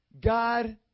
God